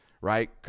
right